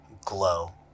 glow